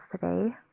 today